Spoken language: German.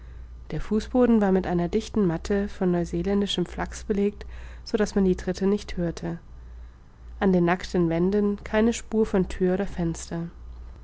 der fußboden war mit einer dichten matte von neuseeländischem flachs belegt so daß man die tritte nicht hörte an den nackten wänden keine spur von thür oder fenster